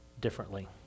differently